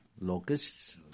locusts